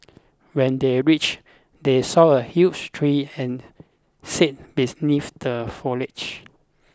when they reached they saw a huge tree and sat the foliage